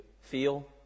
feel